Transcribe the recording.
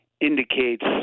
indicates